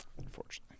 unfortunately